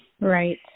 Right